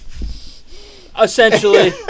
Essentially